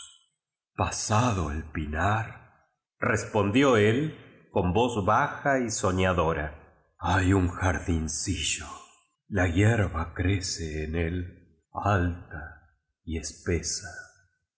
lejos pasado d pinarrespondió él con voz baja y soñadora hay un jardin cillo a hierba crece en él alta y espesa